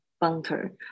bunker